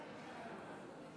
אני לא רואה פה את חבר הכנסת רון כץ,